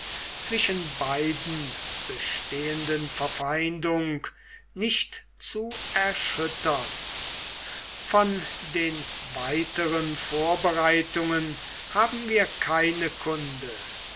zwischen beiden bestehenden verfeindung nicht zu erschüttern von den weiteren vorbereitungen haben wir keine kunde